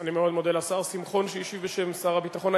אני מאוד מודה לשר שמחון שהשיב בשם שר הביטחון.